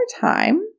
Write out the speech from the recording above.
time